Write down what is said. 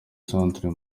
centre